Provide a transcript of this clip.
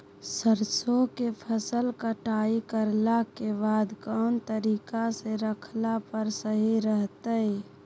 सरसों के फसल कटाई करला के बाद कौन तरीका से रखला पर सही रहतय?